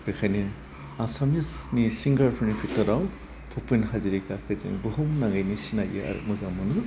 बेखायनो आसामिसनि सिंगारफोरनि बिथोराव भुपेन हाजेरिखाखो जों भुहुम नाङैनो सिनायो आरो मोजां मोनो